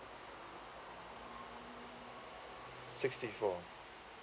sixty four